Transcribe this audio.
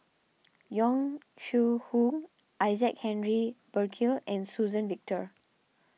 Yong Shu Hoong Isaac Henry Burkill and Suzann Victor